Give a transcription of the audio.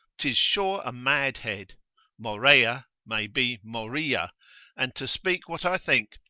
tis sure a mad head morea may be moria and to speak what i think,